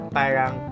parang